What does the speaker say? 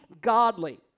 godly